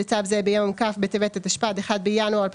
לצו זה ביום כ' בטבת התשפ"ד (1 בינואר 2024),